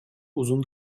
uzun